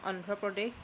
Andhra Pradesh